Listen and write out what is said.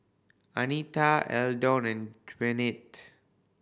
Anita Eldon and Gwyneth